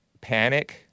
panic